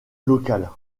local